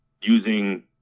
using –